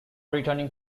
returning